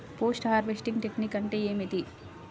Post harvesting technique అంటే ఏమిటీ?